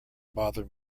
bother